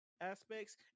Aspects